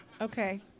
okay